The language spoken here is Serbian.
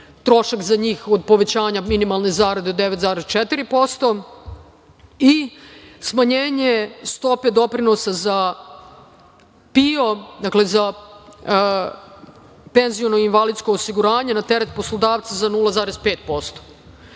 trošak za njih od povećanja minimalne zarade od 9,4% i smanjenje stope doprinosa za PIO, dakle, za penziono i invalidsko osiguranje na teret poslodavca za 0,5%.